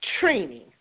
training